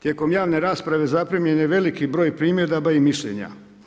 Tijekom javne rasprave, zaprimljen je veliki broj primjedaba i mišljenja.